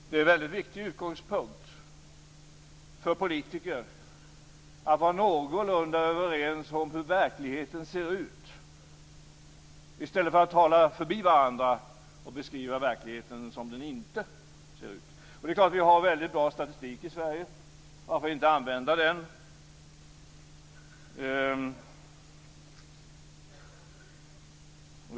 Det är en väldigt viktig utgångspunkt för politiker att vara någorlunda överens om hur verkligheten ser ut, i stället för att tala förbi varandra och beskriva verkligheten som den inte ser ut. Vi har väldigt bra statistik i Sverige - varför inte använda den?